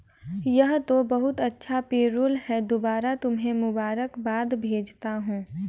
यह तो बहुत अच्छा पेरोल है दोबारा तुम्हें मुबारकबाद भेजता हूं